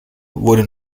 wurde